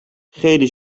خیلی